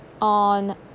on